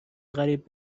قریب